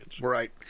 Right